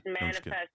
manifest